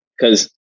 Cause